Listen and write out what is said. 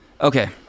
Okay